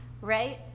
Right